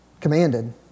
commanded